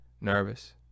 nervous